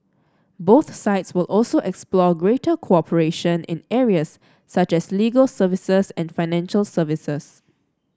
both sides will also explore greater cooperation in areas such as legal services and financial services